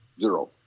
Zero